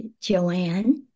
Joanne